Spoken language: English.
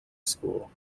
school